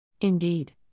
Indeed